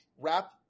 wrap